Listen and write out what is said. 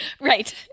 Right